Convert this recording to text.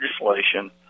legislation